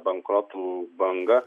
bankrotų bangą